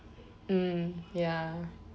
mm ya